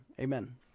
amen